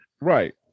Right